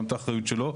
גם את האחריות שלו,